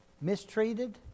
Mistreated